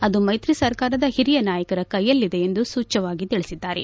ಅದು ಮೈತ್ರಿ ಸರ್ಕಾರದ ಹಿರಿಯ ನಾಯಕರ ಕೈಯಲ್ಲಿದೆ ಎಂದು ಸೂಚ್ಠವಾಗಿ ತಿಳಿಸಿದ್ದಾರೆ